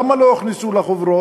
למה הם לא הוכנסו לחוברות?